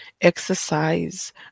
exercise